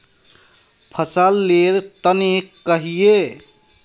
फसल लेर तने कहिए?